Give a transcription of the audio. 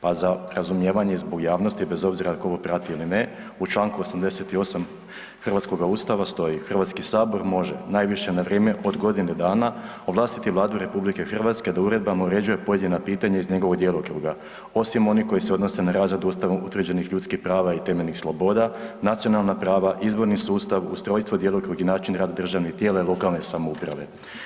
Pa za razumijevanje zbog javnosti bez obzira tko ovo prati ili ne, u Članku 88. hrvatskoga Ustava stoji, Hrvatski sabor može najviše na vrijeme od godine dana ovlastiti Vladu RH da uredbama uređuje pojedina pitanja iz njegova djelokruga osim onih koji se odnose na razradu Ustavom utvrđenih ljudskih prava i temeljnih sloboda, nacionalna prava, izborni sustav, ustrojstvo, djelokrug i način rada državnih tijela i lokalne samouprave.